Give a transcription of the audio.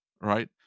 right